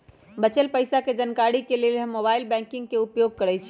बच्चल पइसा के जानकारी के लेल हम मोबाइल बैंकिंग के उपयोग करइछि